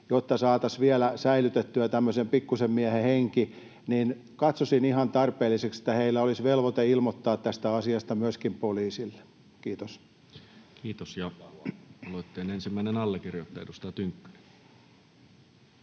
jotta saataisiin vielä säilytettyä tämmöisen pikkuisen miehen henki, niin katsoisin ihan tarpeelliseksi, että heillä olisi velvoite ilmoittaa tästä asiasta myöskin poliisille. — Kiitos. [Sheikki Laakso: Hyvä huomio!] Kiitos. — Ja aloitteen ensimmäinen allekirjoittaja, edustaja Tynkkynen.